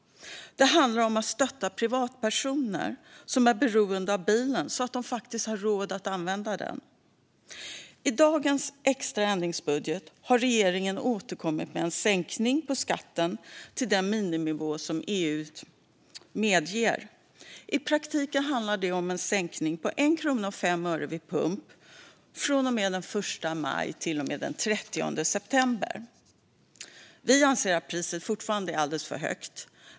Det handlar om att stötta privatpersoner som är beroende av bilen, så att de faktiskt har råd att använda den. I denna extra ändringsbudget har regeringen återkommit med ett förslag på sänkning av skatten till den miniminivå som EU medger. I praktiken handlar det om en sänkning på 1 krona och 5 öre vid pump från och med den 1 maj till och med den 30 september. Vi anser att priset fortfarande är alldeles för högt.